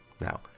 Now